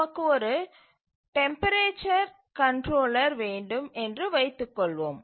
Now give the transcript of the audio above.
நமக்கு ஒரு temperature controller வேண்டும் என்று வைத்துக்கொள்வோம்